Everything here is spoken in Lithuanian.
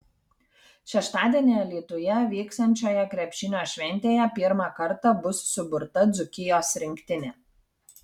šeštadienį alytuje vyksiančioje krepšinio šventėje pirmą kartą bus suburta dzūkijos rinktinė